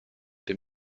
dem